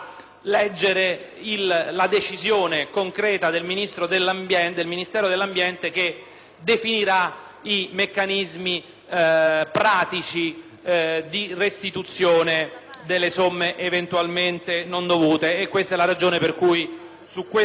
definirà i meccanismi pratici di restituzione delle somme eventualmente non dovute. Questa è la ragione per cui su questo emendamento, di cui pure condividiamo l'impostazione e l'ispirazione, ci asterremo.